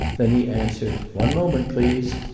then he answered one moment, please!